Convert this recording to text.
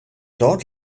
dort